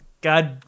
God